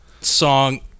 song